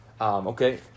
Okay